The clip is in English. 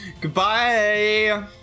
Goodbye